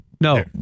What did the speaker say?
No